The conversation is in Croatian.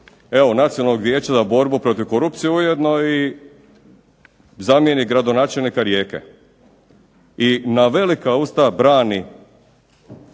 evo Nacionalnog vijeća za borbu protiv korupcije ujedno i zamjenik gradonačelnika Rijeke. I na velika usta brani